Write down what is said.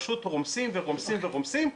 פשוט רומסים ורומסים ורומסים.